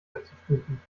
einzustufen